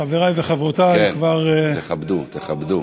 חברי וחברותי, כבר, רגע, זה נאום פרידה?